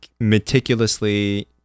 meticulously